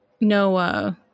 no